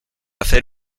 hacer